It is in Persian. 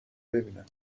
ببینم